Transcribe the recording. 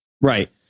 Right